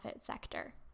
sector